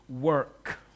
work